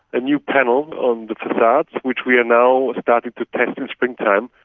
a new panel on the facade which we are now starting to test in springtime,